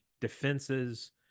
defenses